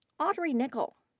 audrey nicol.